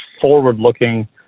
forward-looking